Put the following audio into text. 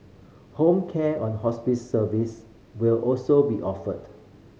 home care and hospice service will also be offered